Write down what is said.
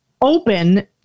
open